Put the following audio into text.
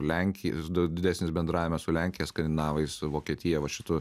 lenkij daug didesnis bendravimas su lenkija skandinavais su vokietija va šitu